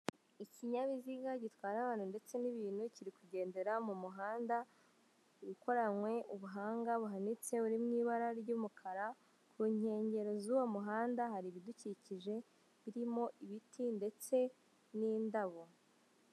Ikinyabiziga gitwara abantu ndetse n'ibintu kiri kugendera mu muhanda ukoranywe ubuhanga buhanitse uri mu ibara ry'umukara ku nkengero z'uwo muhanda hari ibidukikije birimo ibiti ndetse n'indabo.